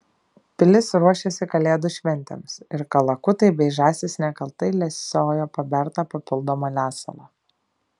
pilis ruošėsi kalėdų šventėms ir kalakutai bei žąsys nekaltai lesiojo pabertą papildomą lesalą